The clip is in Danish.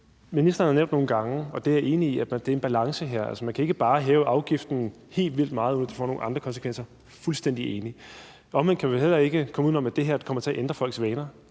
Ministeren har nævnt nogle gange, og det er jeg enig i, at det er en balance. Altså, man kan ikke bare hæve afgiften helt vildt meget, uden at det får nogle andre konsekvenser – jeg er fuldstændig enig. Omvendt kan vi heller ikke komme uden om, at det her kommer til at ændre folks vaner.